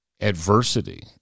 adversity